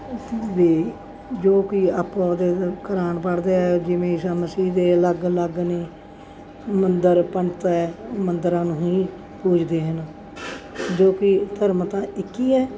ਅਸੀਂ ਵੇਖ ਜੋ ਕਿ ਆਪੋ ਆਪਦੇ ਕੁਰਾਨ ਪੜ੍ਹਦੇ ਆ ਜਿਵੇਂ ਈਸ਼ਾ ਮਸੀਹ ਦੇ ਅਲੱਗ ਅਲੱਗ ਨੇ ਮੰਦਰ ਪੰਡਤ ਹੈ ਮੰਦਰਾਂ ਨੂੰ ਹੀ ਪੂਜਦੇ ਹਨ ਜੋ ਕਿ ਧਰਮ ਤਾਂ ਇੱਕ ਹੀ ਹੈ